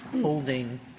holding